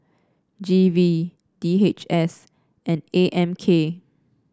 G V D H S and A M K